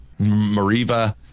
mariva